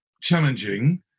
challenging